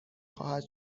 خواهد